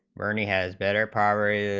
arnie has better prior yeah